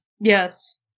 Yes